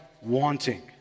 wanting